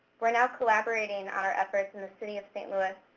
we're now collaborating on our efforts in the city of st. louis,